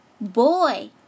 Boy